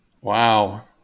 Wow